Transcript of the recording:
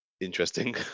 interesting